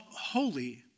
Holy